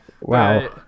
wow